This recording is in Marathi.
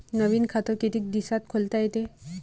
नवीन खात कितीक दिसात खोलता येते?